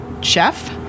chef